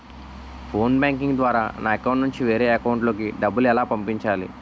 Phone banking ద్వారా నా account నుంచి వేరే అకౌంట్ లోకి డబ్బులు ఎలా పంపించాలి?